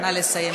נא לסיים,